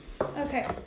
Okay